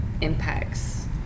impacts